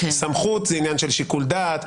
סמכות זה עניין של שיקול דעת.